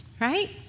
right